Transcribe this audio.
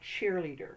cheerleader